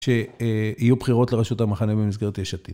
שיהיו בחירות לראשות המחנה במסגרת יש עתיד.